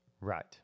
Right